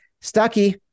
Stucky